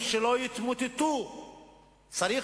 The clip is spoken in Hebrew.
עשינו שם את ליל הסדר, לפעמים היה צריך